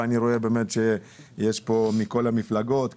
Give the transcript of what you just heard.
ואני רואה שנמצאים פה קואליציה ואופוזיציה מכל המפלגות,